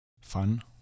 fun